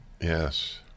Yes